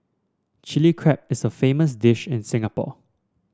Chilli Crab is a famous dish in Singapore